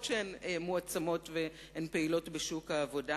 שהן מועצמות והן פעילות בשוק העבודה.